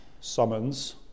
summons